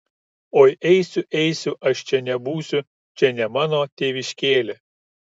oi eisiu eisiu aš čia nebūsiu čia ne mano tėviškėlė